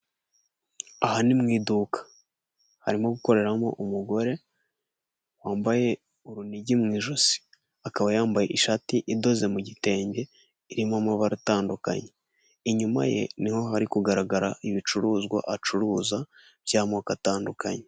Aha ni mu iduka harimo gukoreramo umugore wambaye urunigi mu ijosi akaba yambaye ishati idoze mu gitenge irimo amabara atandukanye inyuma ye niho hari kugaragara ibicuruzwa acuruza by'amoko atandukanye.